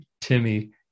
Timmy